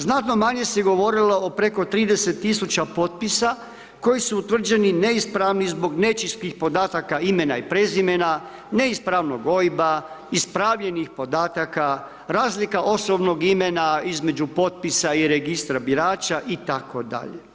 Znatno manje se govorilo o preko 30 000 potpisa koji su utvrđeni neispravni zbog nečistih podataka imena i prezimena, neispravnog OIB-a, ispravljenih podataka, razlika osobnog imena između potpisa i registra birača itd.